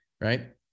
right